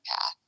path